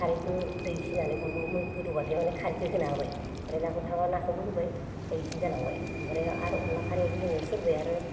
खारैखौ दै इसे होनानै गुल गुल गोदौब्लाथाय खारैखो होना होबाय ओमफ्राय नाखो थाब्ला नाखोबो होबाय ओमफ्राय इदिनो जालांबाय ओमफ्राय आरो अनद्ला खारैआवबो जोङो सोरबाया आरो